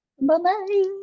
bye-bye